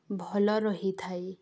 ଭଲ ରହିଥାଏ